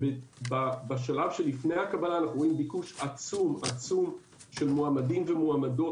בשלב שלפני הקבלה אנחנו רואים ביקוש עצום של מועמדים ומועמדות